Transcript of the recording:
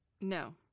No